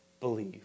Believe